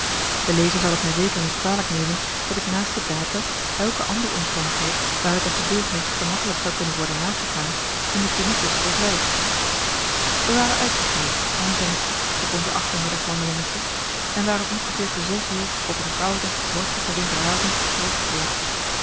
de lezer zal het mij zeker niet kwalijk nemen dat ik naast de data elke andere omstandigheid waaruit de gebeurtenis gemakkelijk zou kunnen worden nagegaan in de finesses verzwijg wij waren uitgegaan holmes en ik op ons achtermiddag wandelingetje en waren ongeveer te zes uur op een kouden vorstigen winteravond teruggekeerd